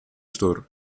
store